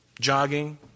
jogging